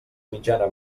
mitjana